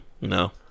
No